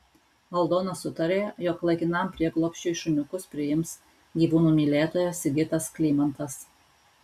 aldona sutarė jog laikinam prieglobsčiui šuniukus priims gyvūnų mylėtojas sigitas klymantas